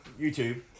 YouTube